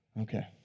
Okay